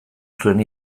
zuen